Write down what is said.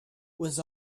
was